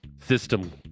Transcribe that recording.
System